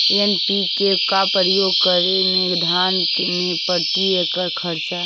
NPK का प्रयोग करे मे धान मे प्रती एकड़ खर्चा?